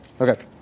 Okay